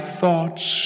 thoughts